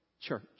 church